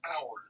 Hours